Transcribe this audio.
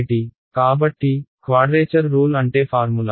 కాబట్టి quadrature rule అంటే formula